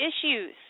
issues